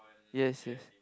yes yes